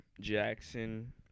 Jackson